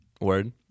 Word